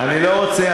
אני לא רוצה,